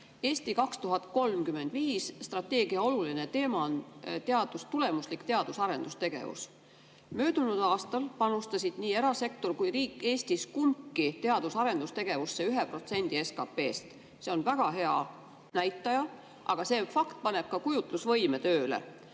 "Eesti 2035" oluline teema on tulemuslik teadus- ja arendustegevus. Möödunud aastal panustasid nii erasektor kui riik Eestis teadus- ja arendustegevusse 1% SKP‑st. See on väga hea näitaja, aga see fakt paneb kujutlusvõime tööle.